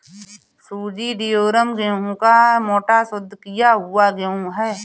सूजी ड्यूरम गेहूं का मोटा, शुद्ध किया हुआ गेहूं है